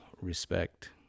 respect